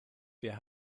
wer